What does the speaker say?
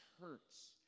hurts